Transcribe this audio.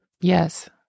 Yes